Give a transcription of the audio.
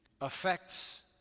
affects